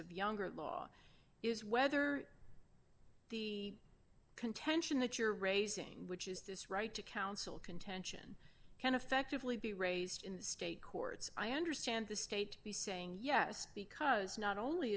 the younger law is whether the contention that you're raising which is this right to counsel contention can effectively be raised in the state courts i understand the state saying yes because not only